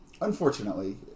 Unfortunately